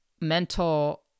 mental